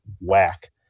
whack